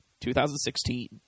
2016